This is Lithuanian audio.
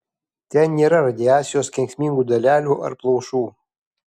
ten nėra radiacijos kenksmingų dalelių ar plaušų